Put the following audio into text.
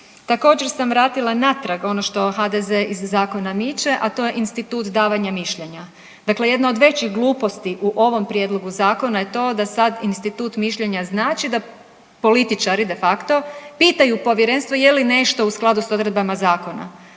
Također sam vratila natrag ono što HDZ iz zakona miče, a to je institut davanja mišljenja. Dakle, jedna od većih gluposti u ovom prijedlogu zakona je to da sad institut mišljenja znači da političari de facto pitaju povjerenstvo je li nešto u skladu s odredbama zakona.